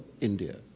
India